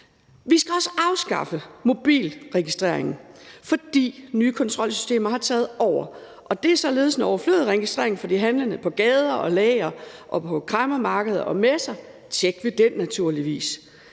Vi skal også afskaffe mobilregistreringen, fordi nye kontrolsystemer har taget over, og det er således en overflødig registrering for de handlende på gader og lagre og på kræmmermarkeder og messer. Vi sætter tjek ved den, naturligvis.